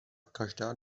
každá